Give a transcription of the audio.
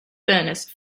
furnace